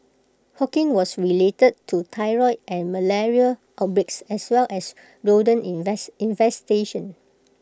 hawking was related to typhoid and malaria outbreaks as well as rodent infestations